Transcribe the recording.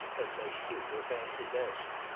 as may suit her fancy best.